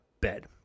bed